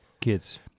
Kids